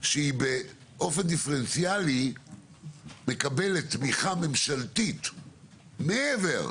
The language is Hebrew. שהיא באופן דיפרנציאלי מקבלת תמיכה ממשלתית מעבר,